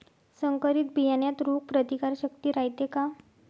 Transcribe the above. संकरित बियान्यात रोग प्रतिकारशक्ती रायते का?